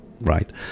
right